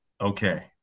Okay